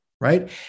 right